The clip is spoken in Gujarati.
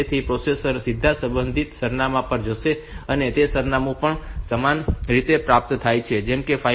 તેથી પ્રોસેસર સીધા સંબંધિત સરનામાં પર જશે અને તે સરનામું પણ સમાન રીતે પ્રાપ્ત થાય છે જેમ કે 5